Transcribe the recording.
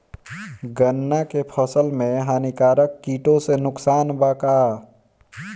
गन्ना के फसल मे हानिकारक किटो से नुकसान बा का?